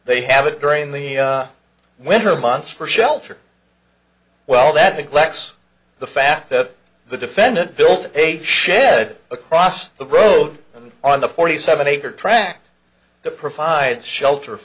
they have it during the winter months for shelter well that neglects the fact that the defendant built a shed across the road and on the forty seven acre tract the provide shelter